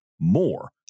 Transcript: more